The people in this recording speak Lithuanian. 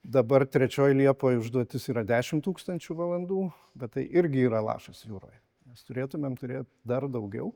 dabar trečioj liepoj užduotis yra dešim tūkstančių valandų bet tai irgi yra lašas jūroj mes turėtumėm turėt dar daugiau